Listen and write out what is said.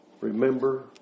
remember